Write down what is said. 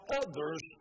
others